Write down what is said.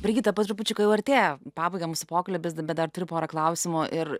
brigita po trupučiuką jau artėja į pabaigą mūsų pokalbis bet dar turiu porą klausimų ir